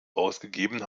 ausgegeben